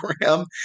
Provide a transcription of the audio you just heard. program